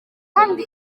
kandi